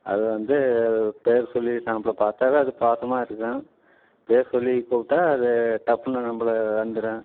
அது வந்து பேர் சொல்லி நம்பளை பார்த்தாவே அது பாசம்மாக இருக்கும் பேர் சொல்லி கூப்பிடா அது டப்புன்னு நம்பளை வந்துரும்